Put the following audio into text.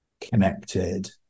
connected